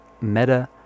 meta